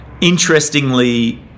Interestingly